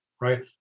right